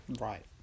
Right